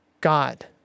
God